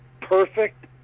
perfect